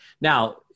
Now